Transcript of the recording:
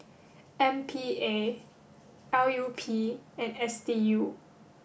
M P A L U P and S D U